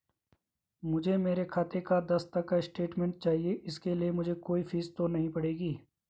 मुझे मेरे खाते का दस तक का स्टेटमेंट चाहिए इसके लिए मुझे कोई फीस तो नहीं पड़ेगी?